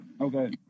Okay